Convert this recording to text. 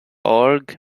org